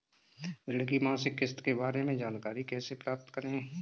ऋण की मासिक किस्त के बारे में जानकारी कैसे प्राप्त करें?